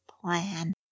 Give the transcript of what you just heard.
plan